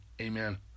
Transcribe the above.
amen